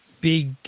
big